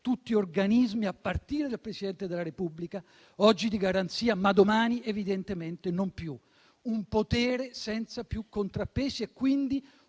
tutti organismi - a partire dal Presidente della Repubblica - oggi di garanzia, ma domani evidentemente non più. Un potere senza più contrappesi e quindi